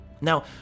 Now